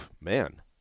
man